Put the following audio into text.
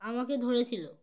আমাকে ধরেছিল